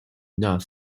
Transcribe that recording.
not